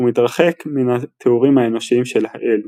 ומתרחק מן התיאורים האנושיים של האל.